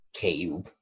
KU